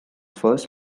first